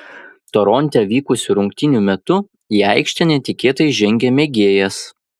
toronte vykusių rungtynių metu į aikštę netikėtai žengė mėgėjas